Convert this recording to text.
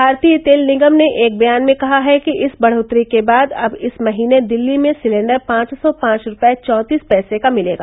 भारतीय तेल निगम ने एक बयान में कहा है कि इस बढ़ोतरी के बाद अब इस महीने दिल्ली में सिलेंडर पांच सौ पांच रुपये चौंतीस पैसे का मिलेगा